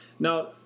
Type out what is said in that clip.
Now